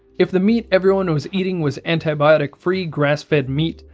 if the meat everyone was eating was antibiotic free grass fed meat,